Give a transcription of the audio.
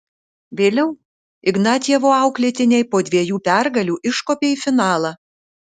vėliau ignatjevo auklėtiniai po dviejų pergalių iškopė į finalą